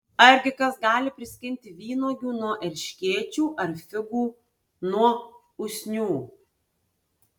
argi kas gali priskinti vynuogių nuo erškėčių ar figų nuo usnių